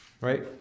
right